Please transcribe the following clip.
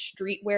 streetwear